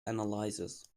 analysis